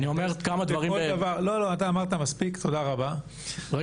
תודה רבה.